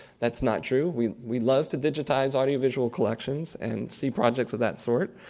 that's not true. we we love to digitize audiovisual collections and see projects of that sort.